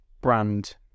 brand